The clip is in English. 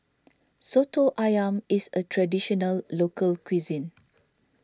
Soto Ayam is a Traditional Local Cuisine